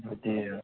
ꯑꯗꯨꯗꯤ